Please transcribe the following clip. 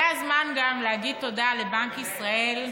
זה הזמן גם להגיד תודה לבנק ישראל,